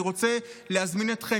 אני רוצה להזמין אתכם,